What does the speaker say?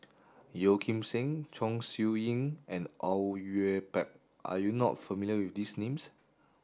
Yeo Kim Seng Chong Siew Ying and Au Yue Pak are you not familiar with these names